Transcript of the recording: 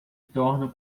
tornam